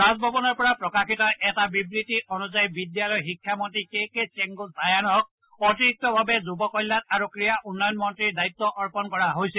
ৰাজভৱনৰ পৰা প্ৰকাশিত এটা বিবৃতি অনুসৰি বিদ্যালয় শিক্ষামন্ত্ৰী কে কে ছেংগ টায়ানক অতিৰিক্তভাৱে যুৱ কল্যাণ আৰু ক্ৰীড়া উন্নয়ন মন্ত্ৰীৰ দায়িত্ব অৰ্পণ কৰা হৈছে